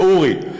לאורי,